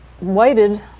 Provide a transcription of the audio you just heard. waited